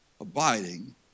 Abiding